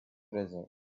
treasure